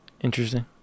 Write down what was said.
Interesting